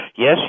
Yes